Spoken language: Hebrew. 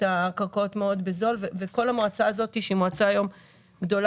הקרקעות מאוד בזול וכל המועצה הזאת שהיום היא מועצה גדולה,